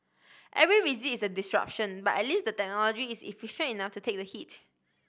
every visit is a disruption but at least the technology is efficient enough to take the hit